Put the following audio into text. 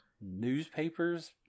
newspapers